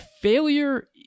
Failure